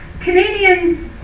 Canadian